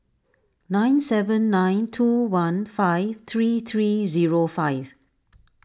nine seven nine two one five three three zero five